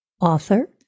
author